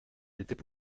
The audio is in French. était